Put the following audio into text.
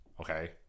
okay